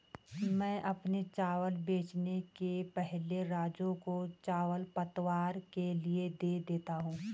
मैं अपने चावल बेचने के पहले राजू को चावल पतवार के लिए दे देता हूं